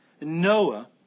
Noah